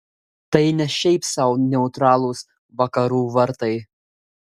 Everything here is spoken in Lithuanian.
tai ne šiaip sau neutralūs vakarų vartai